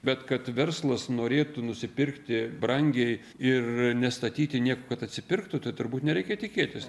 bet kad verslas norėtų nusipirkti brangiai ir nestatyti nieko kad atsipirktų tai turbūt nereikia tikėtis